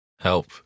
Help